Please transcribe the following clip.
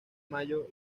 mayo